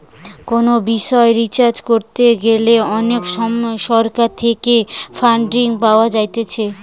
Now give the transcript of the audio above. কোনো বিষয় রিসার্চ করতে গ্যালে অনেক সময় সরকার থেকে ফান্ডিং পাওয়া যায়েটে